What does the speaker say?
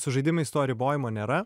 su žaidimais to ribojimo nėra